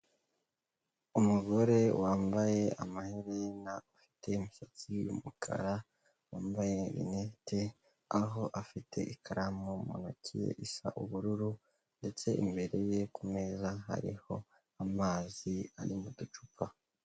Umugore wambaye amaherena afite imisatsi y'umukara, wambaye rinete, aho afite ikaramu mu ntoki isa ubururu ndetse imbere ye ku meza hariho amazi ari mu ducupa.